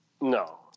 No